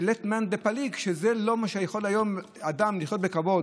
ולית מאן דפליג שעם זה אדם לא יכול לחיות בכבוד